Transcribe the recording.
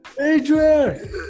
Adrian